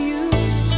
use